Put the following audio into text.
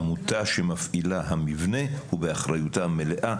עמותה שמפעילה המבנה הוא באחריותה המלאה.